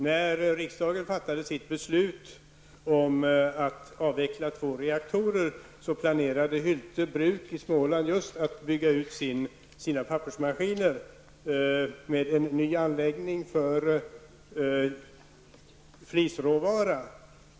När riksdagen fattade sitt beslut om att avveckla två reaktorer planerade Hyltebruk i Småland att bygga ut sina pappersmaskiner med en ny anläggning för flisråvara.